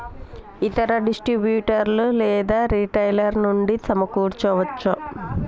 ఇతర డిస్ట్రిబ్యూటర్ లేదా రిటైలర్ నుండి సమకూర్చుకోవచ్చా?